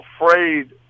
afraid